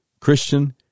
Christian